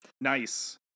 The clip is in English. Nice